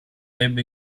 ebbe